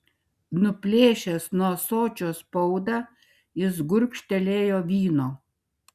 nuplėšęs nuo ąsočio spaudą jis gurkštelėjo vyno